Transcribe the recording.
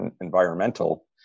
environmental